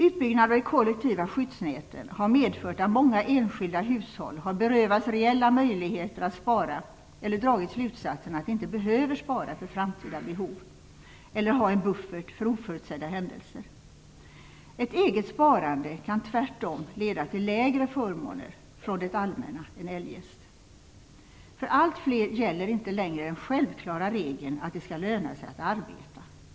Utbyggnaden av de kollektiva skyddsnäten har medfört att många enskilda hushåll har berövats reella möjligheter att spara eller dragit slutsatsen att de inte behöver spara för framtida behov eller ha en buffert för oförutsedda händelser. Ett eget sparande kan tvärtom leda till mindre förmåner från det allmänna än eljest. För allt fler gäller inte längre den självklara regeln att det skall löna sig att arbeta.